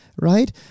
Right